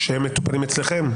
שהם מטופלים אצלכם?